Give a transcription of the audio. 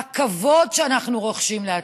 הכבוד שאנחנו רוחשים לעצמנו.